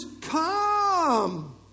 Come